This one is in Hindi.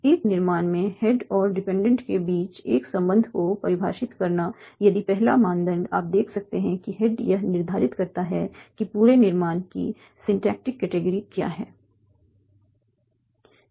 एक निर्माण में हेड और डिपेंडेंट के बीच एक संबंध को परिभाषित करना इसलिए पहला मानदंड आप देख सकते हैं कि हेड यह निर्धारित करता है कि पूरे निर्माण की सिंटेक्टिक कैटेगरी क्या है